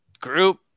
group